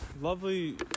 lovely